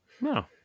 No